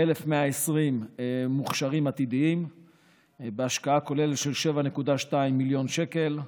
1,120 מוכשרים עתידיים בהשקעה כוללת של 7.2 מיליון שקל,